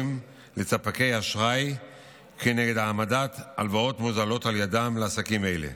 לספקי אשראי כנגד העמדת הלוואות מוזלות על ידם לעסקים אלה.